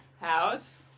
house